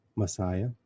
Messiah